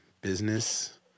business